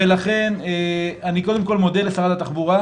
הביקוש לקו 42 ולקווים נוספים ביישובי